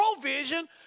provision